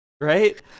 right